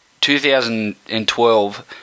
2012